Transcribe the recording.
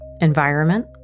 Environment